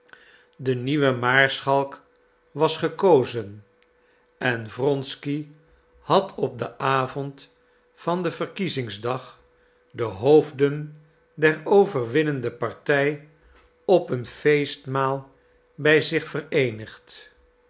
de nieuwe maarschalk was gekozen en wronsky had op den avond van den verkiezingsdag de hoofden der overwinnende partij op een feestmaal bij zich vereenigd